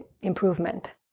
improvement